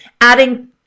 Adding